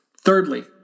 Thirdly